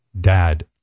Dad